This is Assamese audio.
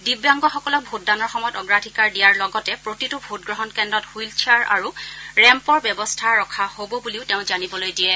দিব্যাংগসকলক ভোটদানৰ সময়ত অগ্ৰাধিকাৰ দিয়াৰ লগতে প্ৰতিটো ভোটগ্ৰহণ কেন্দ্ৰত ছইল চেয়াৰ আৰু ৰেম্পৰ ব্যৱস্থা ৰখা হ'ব বুলিও তেওঁ জানিবলৈ দিয়ে